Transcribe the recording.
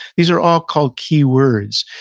these are all called keywords,